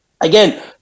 again